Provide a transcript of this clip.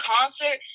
Concert